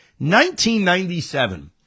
1997